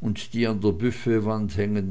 und die an der büfettwand hängenden